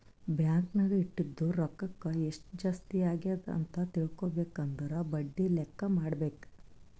bank ನಾಗ್ ಇಟ್ಟಿದು ರೊಕ್ಕಾಕ ಎಸ್ಟ್ ಜಾಸ್ತಿ ಅಗ್ಯಾದ್ ಅಂತ್ ತಿಳ್ಕೊಬೇಕು ಅಂದುರ್ ಬಡ್ಡಿ ಲೆಕ್ಕಾ ಮಾಡ್ಬೇಕ